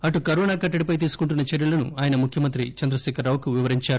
అటు కరోనా కట్టడిపై తీసుకుంటున్న చర్చలను ఆయన ముఖ్యమంత్రి చంద్రశేఖరరావుకు వివరించారు